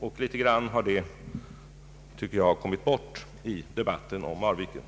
Jag tycker att detta i någon mån kommit bort i debatten om Marviken.